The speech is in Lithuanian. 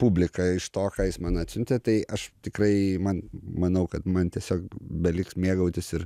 publiką iš to ką jis man atsiuntė tai aš tikrai man manau kad man tiesiog beliks mėgautis ir